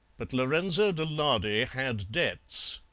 but lorenzo de lardy had debts.